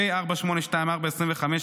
פ/4824/25,